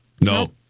No